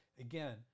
Again